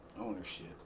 ownership